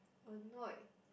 annoyed